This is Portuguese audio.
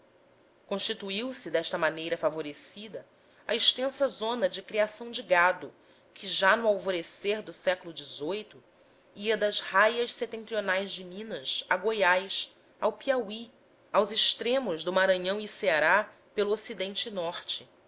constitui se desta maneira favorecida a extensa zona de criação de gado que já no alvorecer do século xviii ia das raias setentrionais de minas a goiás ao piauí aos extremos do maranhão e ceará pelo ocidente e norte